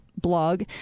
blog